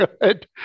good